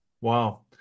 Wow